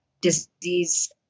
disease